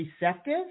receptive